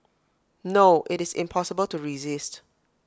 no IT is impossible to resist